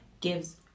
gives